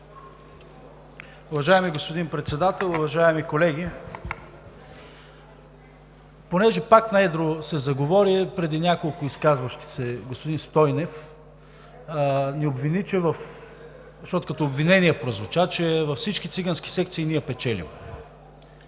Уважаеми господин Председател, уважаеми колеги! Понеже пак на едро се заговори – преди няколко изказващи се господин Стойнев ни обвини, че – защото като обвинение прозвуча, че във всички цигански секции ние печелим.